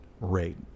rate